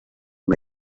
una